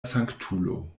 sanktulo